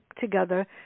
together